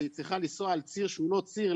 והיא צריכה לנסוע על ציר שהוא לא ציר,